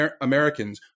Americans